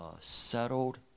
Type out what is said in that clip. settled